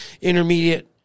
intermediate